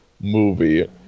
movie